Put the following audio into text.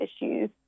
issues